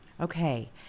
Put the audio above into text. Okay